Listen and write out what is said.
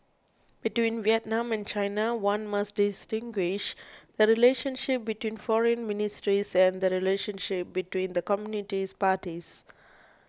between Vietnam and China one must distinguish the relationship between foreign ministries and the relationship between the communist parties